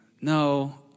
No